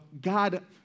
God